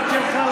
שגם אתה,